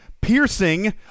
piercing